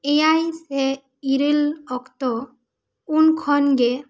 ᱮᱭᱟᱭ ᱥᱮ ᱤᱨᱟᱹᱞ ᱚᱠᱛᱚ ᱩᱱ ᱠᱷᱚᱱ ᱜᱮ